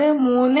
അത് 3